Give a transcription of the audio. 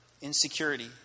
insecurity